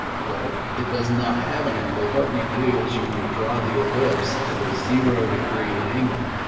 well, it does not have an angle. what you do is you want to draw the ellipse at a zero degree angle.